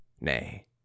nay